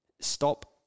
stop